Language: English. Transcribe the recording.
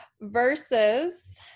Versus